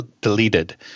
deleted